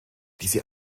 diese